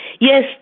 Yes